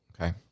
okay